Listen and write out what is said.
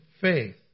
faith